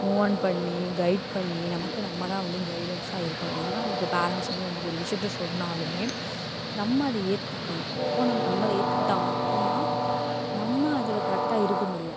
move on பண்ணி guide பண்ணி நமக்கு நம்ம தான் வந்து கைடென்ஸ்சாக இருக்கணும் என்ன தான் நமக்கு பேரன்ட்ஸ் வந்து நமக்கு ஒரு விசியத்தை சொன்னாலுமே நம்ம அதை ஏற்றுக்கணும் அப்போ நம்ம அதை ஏற்றுக்கிட்ட மட்டும் தான் நம்ம அதில் கரெக்ட்டாக இருக்க முடியும்